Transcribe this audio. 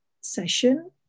session